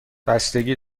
بستگی